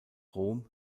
rom